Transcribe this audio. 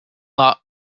lot